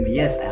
yes